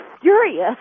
furious